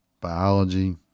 biology